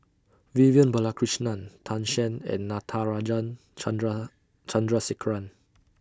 Vivian Balakrishnan Tan Shen and Natarajan Chandra Chandrasekaran